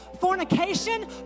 fornication